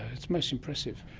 it's most impressive.